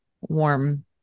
warm